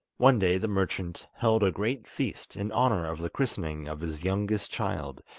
one day the merchant held a great feast in honour of the christening of his youngest child,